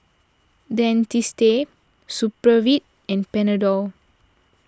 Dentiste Supravit and Panadol